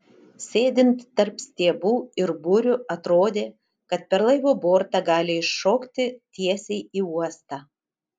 sėdint tarp stiebų ir burių atrodė kad per laivo bortą gali iššokti tiesiai į uostą